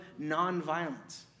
nonviolence